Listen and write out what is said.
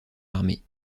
armée